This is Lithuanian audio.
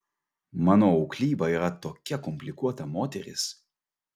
mano auklyba yra tokia komplikuota moteris